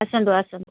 ଆସନ୍ତୁ ଆସନ୍ତୁ